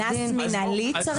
קנס מינהלי צריך?